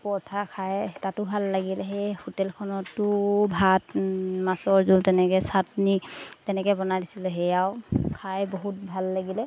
পৰঠা খায় তাতো ভাল লাগিল সেই হোটেলখনতো ভাত মাছৰ জোল তেনেকৈ চাটনি তেনেকৈ বনাই দিছিলে সেয়াও খাই বহুত ভাল লাগিলে